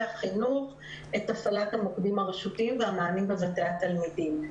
החינוך את הפעלת המוקדים הרשותיים והמענים בבתי התלמידים.